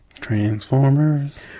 Transformers